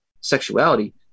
sexuality